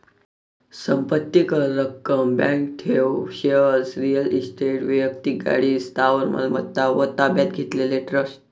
संपत्ती कर, रक्कम, बँक ठेव, शेअर्स, रिअल इस्टेट, वैक्तिक गाडी, स्थावर मालमत्ता व ताब्यात घेतलेले ट्रस्ट